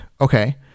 okay